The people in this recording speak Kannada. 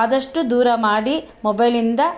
ಆದಷ್ಟು ದೂರ ಮಾಡಿ ಮೊಬೈಲಿಂದ